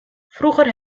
vroeger